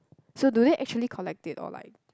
so do they actually collect it or like